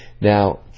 Now